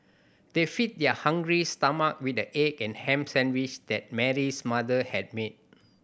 they fed their hungry stomach with the egg and ham sandwich that Mary's mother had made